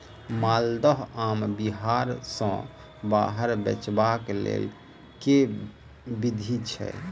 माल्दह आम बिहार सऽ बाहर बेचबाक केँ लेल केँ विधि छैय?